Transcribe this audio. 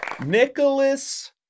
Nicholas